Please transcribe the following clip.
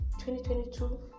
2022